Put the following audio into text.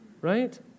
Right